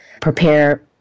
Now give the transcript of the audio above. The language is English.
prepare